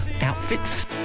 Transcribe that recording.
outfits